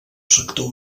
sector